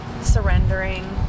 surrendering